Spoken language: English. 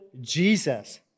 Jesus